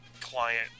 client